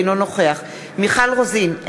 אינו נוכח מיכל רוזין,